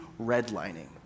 redlining